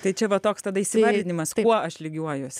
tai čia va toks tada įsivardinimas kuo aš lygiuojuosi